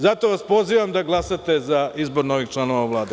Zato vas pozivam da glasate za izbor novih članova Vlade.